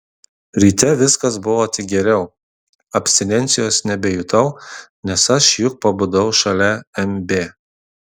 ryte viskas buvo tik geriau abstinencijos nebejutau nes aš juk pabudau šalia mb